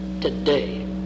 today